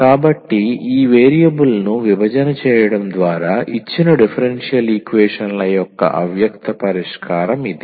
కాబట్టి ఈ వేరియబుల్ను విభజన చేయడం ద్వారా ఇచ్చిన డిఫరెన్షియల్ ఈక్వేషన్ల యొక్క అవ్యక్త పరిష్కారం ఇది